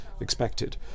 expected